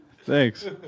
Thanks